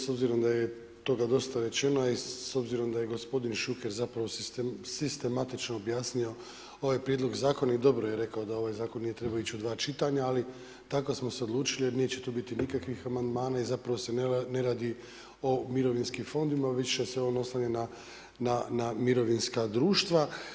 S obzirom da je toga dosta toga rečeno, a i s obzirom da je gospodin Šuker zapravo sistematično objasnio ovaj prijedlog zakona i dobro je rekao da ovaj zakon nije trebao ići u dva čitanja, ali tako smo se odlučili jer neće tu biti nikakvih amandmana i zapravo se ne radi o mirovinskim fondovima, više se on oslanja na mirovinska društva.